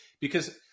because-